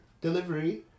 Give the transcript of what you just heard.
delivery